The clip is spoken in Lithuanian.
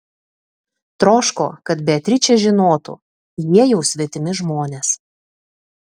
troško kad beatričė žinotų jie jau svetimi žmonės